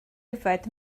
yfed